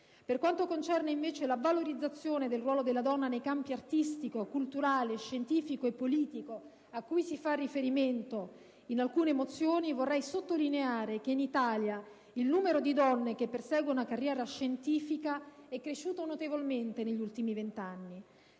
Per quanto concerne invece la valorizzazione del ruolo della donna nei campi artistico, culturale, scientifico e politico a cui si fa riferimento in alcune mozioni, vorrei sottolineare che in Italia il numero di donne che persegue una carriera scientifica è cresciuto notevolmente negli ultimi vent'anni.